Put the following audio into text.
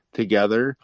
together